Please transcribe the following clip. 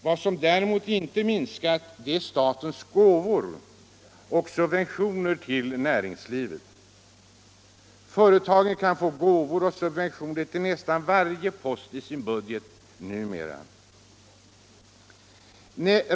Vad som däremot inte minskat är statens gåvor och subventioner till näringslivet. Företagen kan numera få gåvor och subventioner till nästan varje post i sin budget.